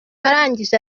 arangije